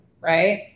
right